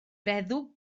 feddw